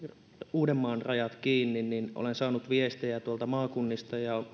uudenmaan rajat kiinni niin olen saanut viestejä tuolta maakunnista ja